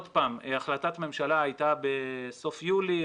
החלטת ממשלה הייתה בסוף יולי.